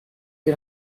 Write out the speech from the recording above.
que